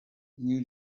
you